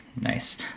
Nice